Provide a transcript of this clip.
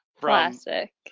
Classic